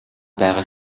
байгаа